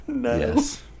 yes